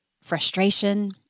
frustration